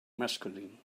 masculine